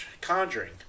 Conjuring